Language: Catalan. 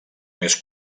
més